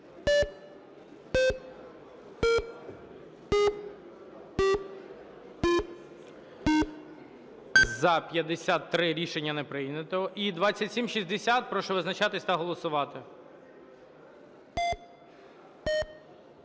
За-70 Рішення не прийнято. 2852 – прошу визначатись та голосувати.